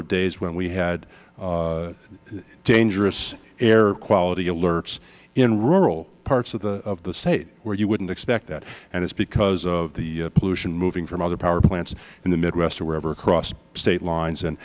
of days when we had dangerous air quality alerts in rural parts of the state where you wouldn't expect that and it's because of the pollution moving from other power plants in the midwest or wherever across state lines and